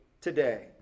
today